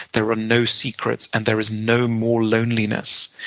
there are no secrets, and there is no more loneliness.